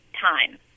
time